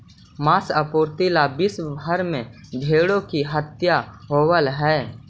माँस आपूर्ति ला विश्व भर में भेंड़ों की हत्या होवअ हई